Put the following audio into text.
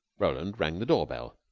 roland rang the door-bell.